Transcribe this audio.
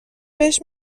بهش